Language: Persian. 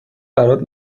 برات